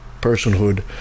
personhood